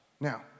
Now